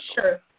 Sure